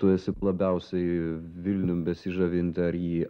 tu esi labiausiai vilnium besižavinti ar jį